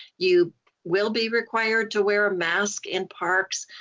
you will be required to wear a mask in parks,